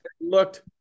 looked